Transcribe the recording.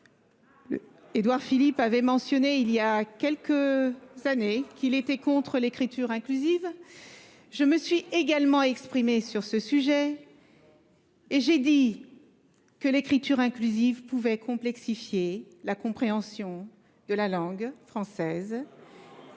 qu'Édouard Philippe avait indiqué, il y a quelques années, qu'il était contre l'écriture inclusive, je me suis exprimée sur ce sujet. J'ai dit que l'écriture inclusive pouvait complexifier la compréhension de la langue française